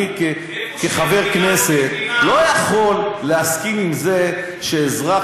אני כחבר כנסת לא יכול להסכים לזה שאזרח